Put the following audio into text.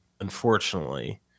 unfortunately